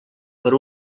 per